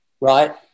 right